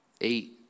eight